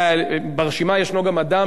ברשימה ישנו גם אדם